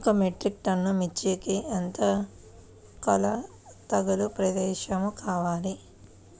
ఒక metric ton మిర్చికి ఎంత కొలతగల ప్రదేశము కావాలీ?